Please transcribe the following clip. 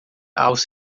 aos